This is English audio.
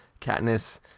Katniss